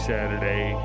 Saturday